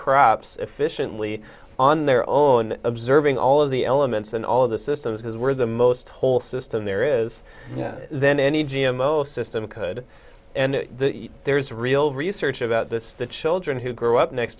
crops efficiently on their own observing all of the elements and all of the systems where the most whole system there is then any g m o system could and there's real research about this the children who grow up next